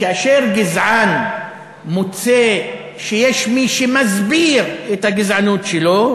כאשר גזען מוצא שיש מי שמסביר את הגזענות שלו,